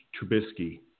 Trubisky